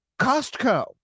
costco